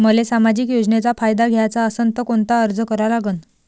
मले सामाजिक योजनेचा फायदा घ्याचा असन त कोनता अर्ज करा लागन?